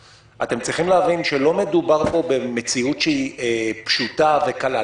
אתם צריכים להבין שלא מדובר פה במציאות פשוטה וקלה.